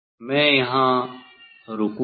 मैं यहां रुकूंगा